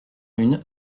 une